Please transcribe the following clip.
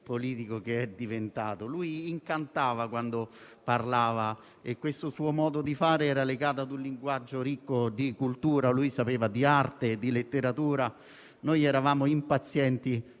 politico che è diventato! Egli incantava quando parlava e il suo modo di fare era legato a un linguaggio ricco di cultura, visto che sapeva sia di arte che di letteratura. Noi eravamo veramente